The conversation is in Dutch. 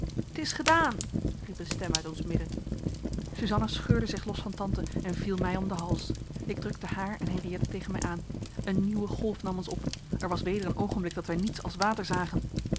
t is gedaan riep een stem uit ons midden suzanna scheurde zich los van tante en viel mij om den hals ik drukte haar en henriëtte tegen mij aan een nieuwe golf nam ons op er was weder een oogenblik dat wij niets als water zagen